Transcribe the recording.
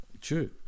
True